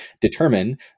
determine